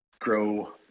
grow